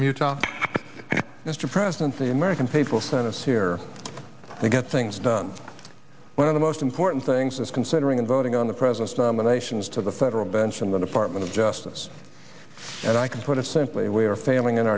from utah mr president the american people sent us here to get things done one of the most important things is considering voting on the president's nominations to the federal bench in the department of justice and i can put it simply we are failing